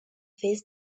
face